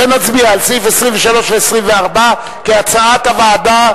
לכן נצביע על סעיפים 23 ו-24 כהצעת הוועדה.